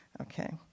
okay